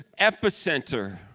epicenter